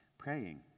Praying